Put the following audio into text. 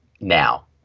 now